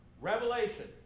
Revelation